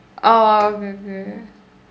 oh okay okay